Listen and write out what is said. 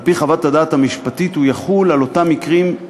על-פי חוות הדעת המשפטית הוא יחול על אותם מקרים,